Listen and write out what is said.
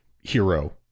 hero